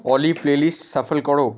অলি playlist shuffle করো